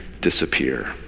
disappear